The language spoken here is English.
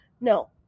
no